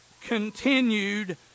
continued